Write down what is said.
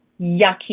yucky